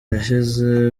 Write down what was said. yashize